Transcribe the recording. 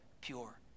pure